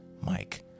Mike